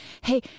hey